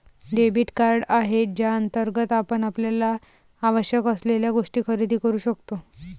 debit card आहे ज्याअंतर्गत आपण आपल्याला आवश्यक असलेल्या गोष्टी खरेदी करू शकतो